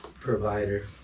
Provider